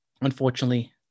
unfortunately